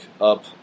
up